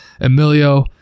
Emilio